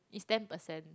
is ten percent